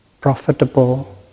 Profitable